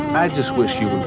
i just wish you were